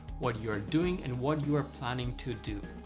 what you are doing, and what you are planning to do.